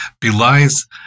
belies